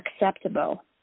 acceptable